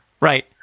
right